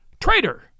Traitor